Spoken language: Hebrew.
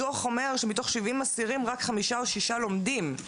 הדוח אומר שמתוך 70 אסירים רק חמישה או שישה לומדים,